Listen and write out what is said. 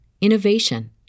innovation